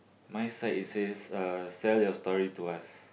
my side it says uh sell your story to us